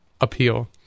appeal